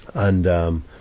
and, um,